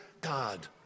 God